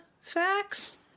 facts